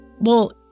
Well-